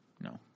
No